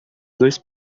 dois